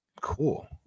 Cool